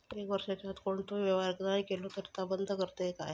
एक वर्षाच्या आत कोणतोही व्यवहार नाय केलो तर ता बंद करतले काय?